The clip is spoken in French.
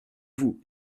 vous